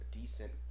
decent